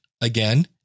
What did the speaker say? again